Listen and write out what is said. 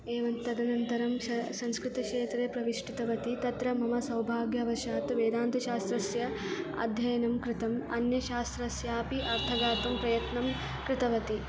एवं तदनन्तरं स संस्कृतक्षेत्रे प्रविष्टवती तत्र मम सौभाग्यवशात् वेदान्तशास्त्रस्य अध्ययनं कृतम् अन्यशास्त्रस्यापि अर्थं ज्ञातुं प्रयत्नं कृतवती